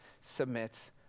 submits